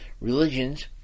religions